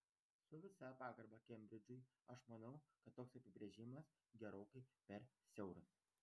su visa pagarba kembridžui aš manau kad toks apibrėžimas gerokai per siauras